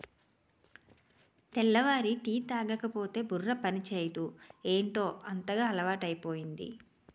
తెల్లారి టీ తాగకపోతే బుర్ర పనిచేయదు ఏటౌ అంతగా అలవాటైపోయింది